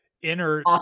inner